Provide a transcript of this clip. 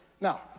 Now